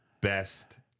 best